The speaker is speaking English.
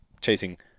chasing